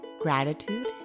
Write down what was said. Gratitude